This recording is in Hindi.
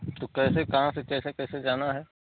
तो कैसे कहाँ से कैसे कैसे जाना है